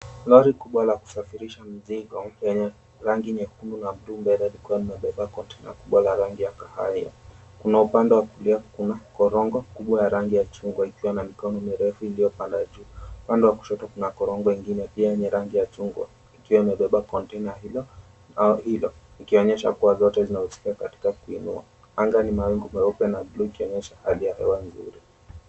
Lori kubwa la kusafirisha mizigo yenye rangi nyekundu na buluu mbele likiwa limebeba konteina kubwa la rangi ya kahawia. Kuna upande wa kulia kuna korongo kubwa ya rangi ya chungwa ikiwa na mikono mirefu iliyopanda juu. Upande wa kushoto kuna korongo ingine pia yenye rangi ya chungwa ikiwa imebeba konteina hilo, ikionyesha kuwa zote zinahusika katika kuinua. Anga ni mawingu meupe na buluu ikionyesha hali ya hewa nzuri.